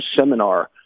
seminar